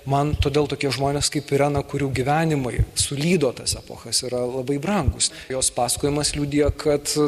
man todėl tokie žmonės kaip irena kurių gyvenimai sulydo tas epochas yra labai brangus jos pasakojimas liudija kad